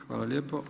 Hvala lijepo.